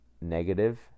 negative